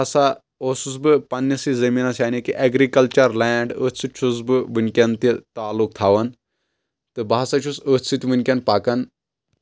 پتہٕ ہسا اوسُس بہٕ پنٕنِسٕے زٔمیٖنس یانے کہِ اؠگرِکَلچر لینٛڈ أتھۍ سۭتۍ چھُس بہٕ وٕنکؠن تہِ تعلُق تھاوان تہٕ بہٕ ہسا چھُس أتھۍ سۭتۍ وٕنکؠن پکان